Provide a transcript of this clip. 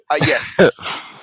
yes